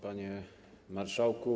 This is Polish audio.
Panie Marszałku!